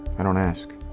i don't ask.